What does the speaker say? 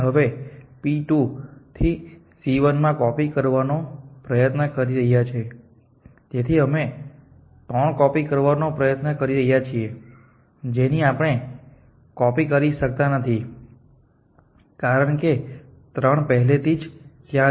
અમે હવે p 2 થી C 1 માં કોપી કરવાનો પ્રયત્ન કરી રહ્યા છીએ તેથી અમે 3 કોપી કરવાનો પ્રયત્ન કરી રહ્યા છીએ જેની આપણે કોપી કરી શકતા નથી કારણ કે 3 પહેલેથી જ ત્યાં છે